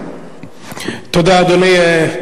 תודה, אדוני.